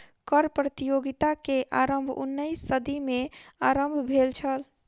कर प्रतियोगिता के आरम्भ उन्नैसम सदी में आरम्भ भेल छल